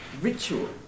ritual